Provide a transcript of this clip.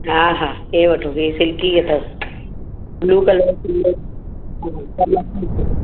हा हा हे वठो हे सिल्की अथसि ब्लू कलर बि